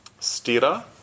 stira